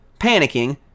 panicking